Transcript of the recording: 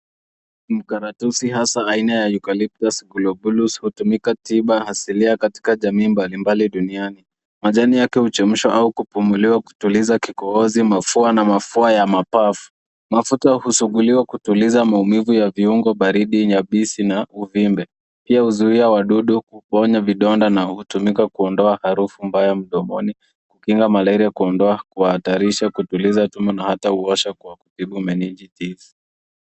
Mkaratusi hasa aina ya eucalyptus hutumika tiba asilia katika jamii mbali mbali duniani. Majani yake huchemsha au kupumuliwa kikohizi au mafua ya mapafu. Mafuta husuguliwa kutuliza maumivu ya viungo vya mwili baridi na uvimbe. Pia huzuia wadudu, kuponya vidonda na kuondoa harufu mbaya mdomoni, kukinga malaria, kuondoa au kuhatarisha na kutuliza tumbo.